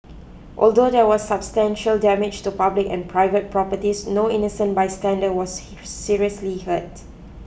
although there was substantial damage to public and private properties no innocent bystander was seriously hurt